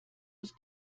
ist